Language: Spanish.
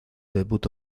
debut